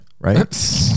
Right